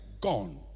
gone